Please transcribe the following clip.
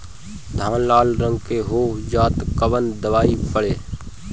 धान लाल रंग के हो जाता कवन दवाई पढ़े?